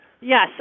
Yes